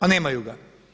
A nemaju ga.